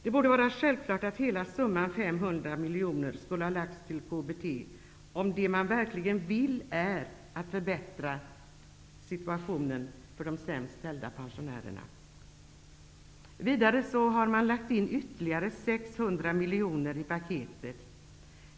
Det borde vara självklart att hela summan 500 miljoner skulle ha lagts till KBT, om det man verkligen vill är att förbättra situationen för de sämst ställda pensionärerna. Vidare har man lagt in ytterligare 600 miljoner i paketet.